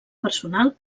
personal